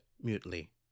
mutely